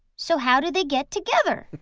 so how did they get together?